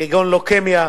כגון לוקמיה,